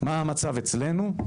מה המצב אצלנו?